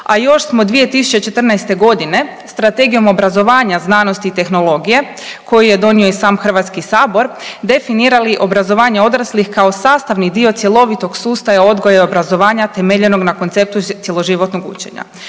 a još smo 2014.g. Strategijom obrazovanja, znanosti i tehnologije koji je donio i sam HS definirali obrazovanje odraslih kao sastavni dio cjelovitog sustava odgoja i obrazovanja temeljenog na konceptu cjeloživotnog učenja.